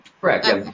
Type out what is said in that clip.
Correct